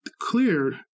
clear